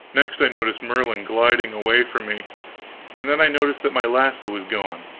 next, i noticed merlin gliding away from me and then i noticed that my lasso was gone!